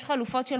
יש חלופות,